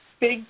big